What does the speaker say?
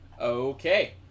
Okay